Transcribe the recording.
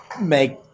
make